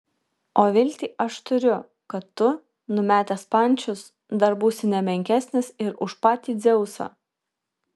o viltį aš turiu kad tu numetęs pančius dar būsi ne menkesnis ir už patį dzeusą